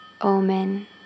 omen